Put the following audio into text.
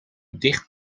dicht